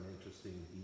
interesting